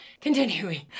continuing